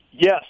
Yes